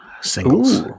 singles